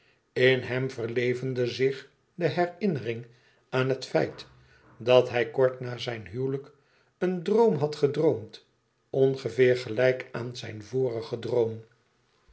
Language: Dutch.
in hem verlevendigde zich de herinnering aan het feit dat hij kort na zijn huwelijk een droom had gedroomd ongeveer gelijk aan zijn vorigen droom